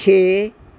ਛੇ